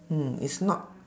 mm it's not